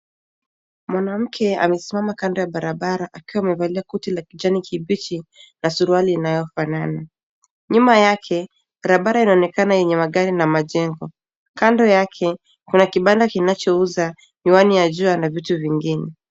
Mwanamke amesimama kando ya barabara akiwa amevalia koti la kijani kibichi na suruali inayofanana. Nyuma yake, barabara inaonekana yenye magari na majengo, kando yake, kuna kibanda kinachouza miwani ya jua na vitu vingine.